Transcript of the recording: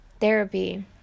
therapy